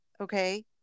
Okay